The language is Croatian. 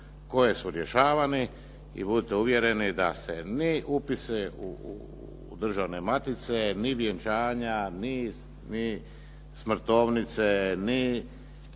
koji su rješavani. I budite uvjereni da se ni upisi u državne matice, ni vjenčanja, ni smrtovnice, ni